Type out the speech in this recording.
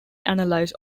analyze